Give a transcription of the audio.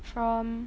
from